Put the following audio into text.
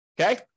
okay